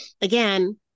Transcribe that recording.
again